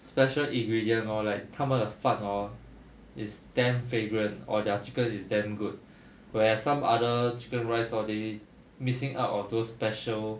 special ingredient lor like 他们的饭 hor is damn fragrant or their chicken is damn good whereas some other chicken rice hor they missing out on those special